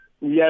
Yes